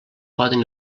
poden